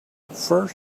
first